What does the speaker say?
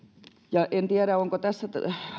en tiedä onko tässä